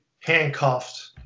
handcuffed